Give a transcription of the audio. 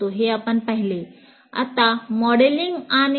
एकात्मिक circuit design करण्याची प्राथमिक पद्धत अनुकरणद्वारे असते